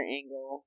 angle